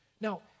Now